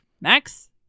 Max